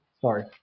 sorry